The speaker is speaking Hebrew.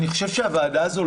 אני חושב שהוועדה הזו,